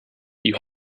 you